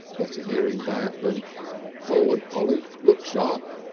better hearing that than forward polly! look sharp!